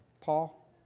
Paul